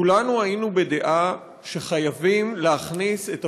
כולנו היינו בדעה שחייבים להכניס את